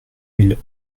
mille